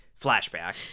flashback